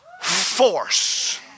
force